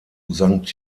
sankt